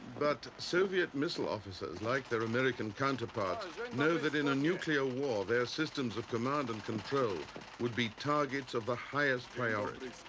but soviet missile officers, like their american counterparts, know that in a nuclear war their systems of command and control would be targets of the highest priority.